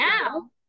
now